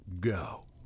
go